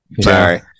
Sorry